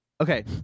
Okay